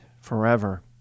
forever